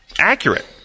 accurate